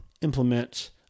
implement